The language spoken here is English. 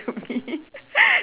to me